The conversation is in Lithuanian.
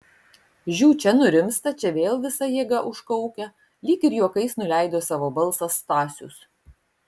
žiū čia nurimsta čia vėl visa jėga užkaukia lyg ir juokais nuleido savo balsą stasius